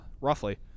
roughly